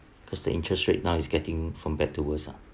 cause the interest rate now is getting from bad to worse ah